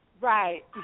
Right